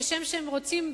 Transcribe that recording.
כשם שהם רוצים,